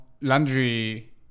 laundry